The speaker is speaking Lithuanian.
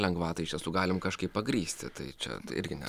lengvatą iš tiesų galim kažkaip pagrįsti tai čia irgi ne